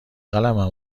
قلمم